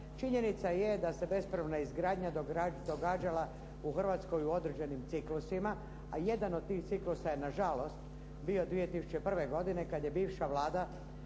Činjenica je da se bespravna izgradnja događala u Hrvatskoj u određenim ciklusima, a jedan od tih ciklusa je nažalost bio 2001. godine kad je bivša Vlada